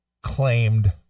claimed